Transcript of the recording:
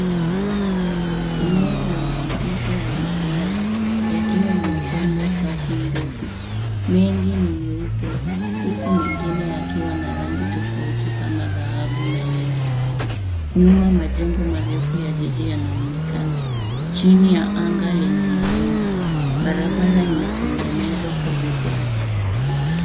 Eneo la maegesho ya magari, ya kioo yamepangwa safu ndefu. Mengi ni meupe, Huku mengine yakiwa na rangi tufauti kama dhahabu na nyeusi. Nyuma majengu marefu ya jiji yanaonekana. Chini ya anga lenye mawingu. Barabara imetengenezwa kwa vigai.